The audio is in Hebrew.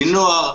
לנוער,